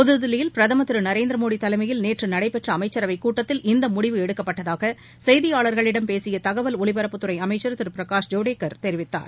புதுதில்லியில் பிரதமா் திரு நரேந்திரமோடி தலைமையில் நேற்று நடைபெற்ற அமைச்சரவை கூட்டத்தில் இந்த முடிவு எடுக்கப்பட்டதாக செய்தியாளர்களிடம் பேசிய தகவல் ஒலிபரப்புத்துறை அமைச்சர் திரு பிரகாஷ் ஜவ்டேக்கர் இதனை தெரிவித்தார்